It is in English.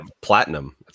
platinum